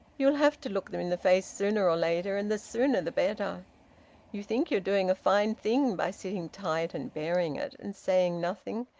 you'll have to look them in the face sooner or later, and the sooner the better. you think you're doing a fine thing by sitting tight and bearing it, and saying nothing,